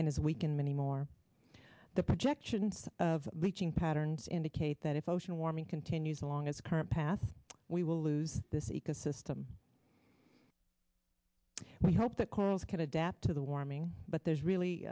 and as we can many more the projections of reaching patterns indicate that if ocean warming continues along its current path we will lose this ecosystem we hope that corals can adapt to the warming but there's really